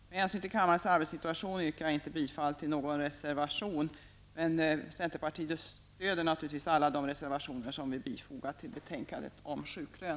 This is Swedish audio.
Med hänsyn till kammarens arbetssituation yrkar jag inte bifall till någon reservation. Men centerpartiet stöder naturligtvis alla de reservationer vi bifogat till betänkandet om sjuklön.